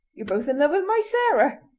ye're both in love with my sarah